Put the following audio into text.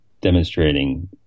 demonstrating